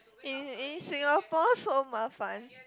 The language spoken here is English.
in in Singapore so 麻烦